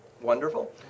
wonderful